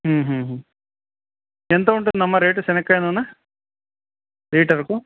ఎంత ఉంటుందమ్మా రేటు సెనక్కైనానా లీటర్కు